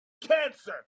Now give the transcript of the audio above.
cancer